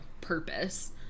purpose